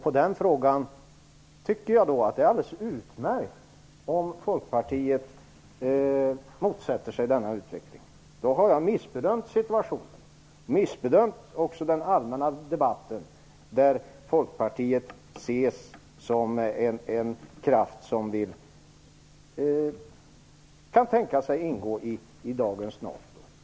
I den frågan tycker jag att det är alldeles utmärkt om Folkpartiet motsätter sig denna utveckling. Då har jag missbedömt situationen och också den allmänna debatten, där Folkpartiet ses som en kraft som kan tänka sig att ingå i dagens NATO.